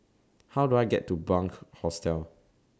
How Do I get to Bunc Hostel